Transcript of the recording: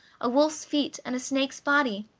a wolf's feet, and a snake's body.